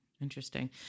Interesting